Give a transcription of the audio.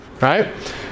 right